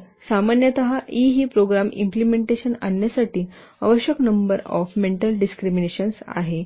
तर सामान्यत ई ही प्रोग्राम इम्प्लिमेंटेशन आणण्यासाठी आवश्यक नंबर ऑफ मेंटल डिस्क्रिमिनेशन्स आहे